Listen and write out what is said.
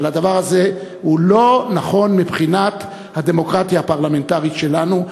אבל הדבר הזה לא נכון מבחינת הדמוקרטיה הפרלמנטרית שלנו,